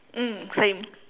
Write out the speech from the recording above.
mm same